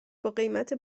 باقیمت